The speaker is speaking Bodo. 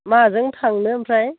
माजों थांनो ओमफ्राय